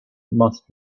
must